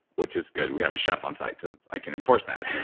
which is good. we have a chef on site, so i can enforce that.